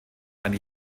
eine